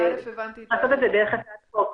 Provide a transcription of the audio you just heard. צריך לעשות את זה דרך הצעת חוק.